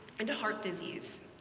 and heart disease.